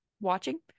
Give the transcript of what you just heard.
watching